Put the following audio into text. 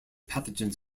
pathogens